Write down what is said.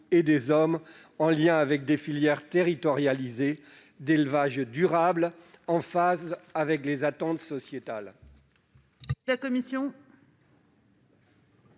et des hommes, en lien avec des filières territorialisées d'élevage durable et en phase avec les attentes sociétales.